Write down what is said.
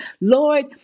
Lord